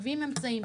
מביאים אמצעים,